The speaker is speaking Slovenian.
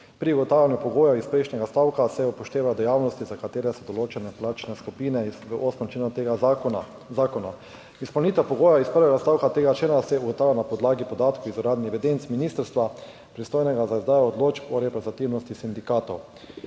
Pri ugotavljanju pogojev iz prejšnjega stavka se upošteva dejavnosti, za katere so določene plačne skupine v 8. členu tega zakona. Izpolnitev pogojev iz prvega odstavka tega člena se ugotavlja na podlagi podatkov iz uradnih evidenc ministrstva pristojnega za izdajo odločb o reprezentativnosti sindikatov